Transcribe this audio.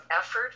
effort